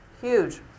huge